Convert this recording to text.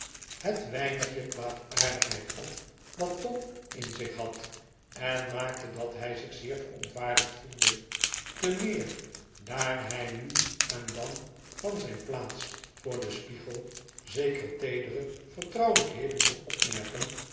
het weinigje kwaadaardigheid op dat tom in zich had en maakte dat hij zich zeer verontwaardigd ge voelde te meer daar hij nu en dan van zijn plaats voor den spiegel zekere teedere vertrouwelijkheden kon opmerken